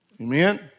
Amen